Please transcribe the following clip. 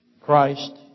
Christ